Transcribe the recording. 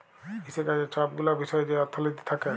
কিসিকাজের ছব গুলা বিষয় যেই অথ্থলিতি থ্যাকে